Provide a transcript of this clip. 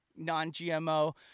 non-gmo